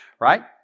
Right